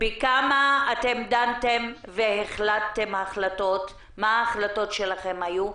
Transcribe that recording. בכמה דנתם והחלטת החלטות, מה היו ההחלטות שלכם,